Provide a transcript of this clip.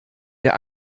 der